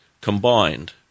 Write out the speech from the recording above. combined